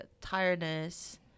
tiredness